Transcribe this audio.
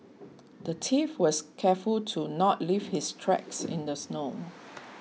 the thief was careful to not leave his tracks in the snow